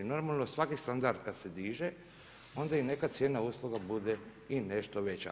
Normalno svaki standard kad se diže onda i neka cijena usluga bude i nešto veća.